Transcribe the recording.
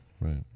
right